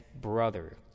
brother